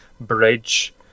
bridge